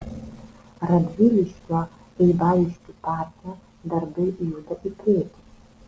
radviliškio eibariškių parke darbai juda į priekį